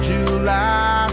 July